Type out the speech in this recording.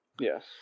Yes